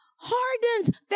hardens